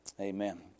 Amen